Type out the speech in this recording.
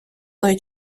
той